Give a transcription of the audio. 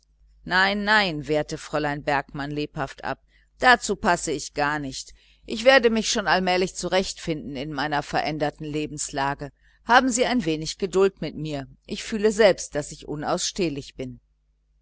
nein nein wehrte fräulein bergmann lebhaft ab dazu passe ich gar nicht ich werde mich schon allmählich zurecht finden in meiner veränderten lebenslage haben sie ein wenig geduld mit mir ich fühle selbst daß ich unausstehlich bin